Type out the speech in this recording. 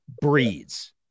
breeds